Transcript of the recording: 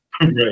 Right